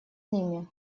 ними